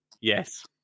yes